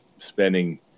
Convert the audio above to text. spending